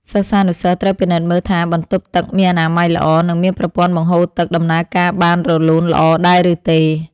សិស្សានុសិស្សត្រូវពិនិត្យមើលថាបន្ទប់ទឹកមានអនាម័យល្អ និងមានប្រព័ន្ធបង្ហូរទឹកដំណើរការបានរលូនល្អដែរឬទេ។